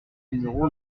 numéro